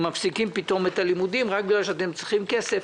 את הלימודים רק בגלל שאתם צריכים כסף,